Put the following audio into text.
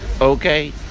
Okay